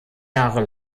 jahre